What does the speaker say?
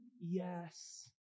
yes